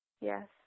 Yes